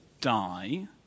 die